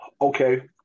Okay